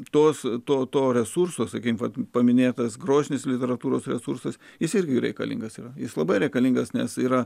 tos to resurso sakykime vat paminėtas grožinės literatūros resursas jis irgi reikalingas ir jis labai reikalingas nes yra